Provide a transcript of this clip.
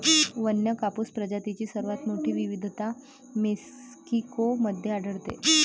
वन्य कापूस प्रजातींची सर्वात मोठी विविधता मेक्सिको मध्ये आढळते